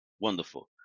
Wonderful